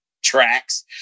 tracks